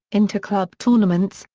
interclub tournaments,